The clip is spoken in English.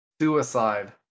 Suicide